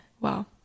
Wow